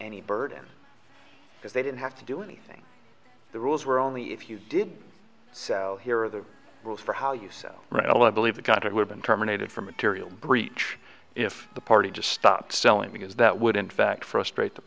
any burden because they didn't have to do anything the rules were only if you did so here are the rules for how you sell well i believe they've got it we've been terminated from material breach if the party just stopped selling because that would in fact frustrate the